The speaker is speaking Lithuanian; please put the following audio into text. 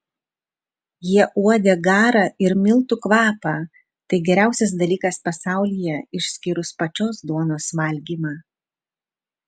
jie uodė garą ir miltų kvapą tai geriausias dalykas pasaulyje išskyrus pačios duonos valgymą